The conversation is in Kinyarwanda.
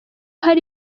hari